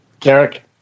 Derek